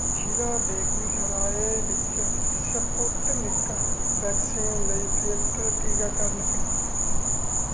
ਜ਼ਿਲੇ ਬੇਗੂਸਰਾਏ ਵਿੱਚ Sputnik vaccine ਲਈ ਫਿਲਟਰ ਟੀਕਾਕਰਨ ਕੇਂਦਰ